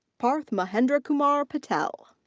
parth mahendrakumar patel.